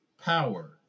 power